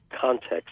context